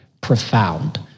profound